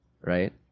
right